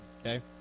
okay